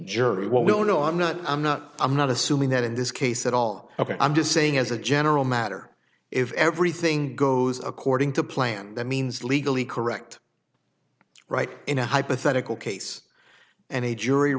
know i'm not i'm not i'm not assuming that in this case at all i'm just saying as a general matter if everything goes according to plan that means legally correct right in a hypothetical case and a jury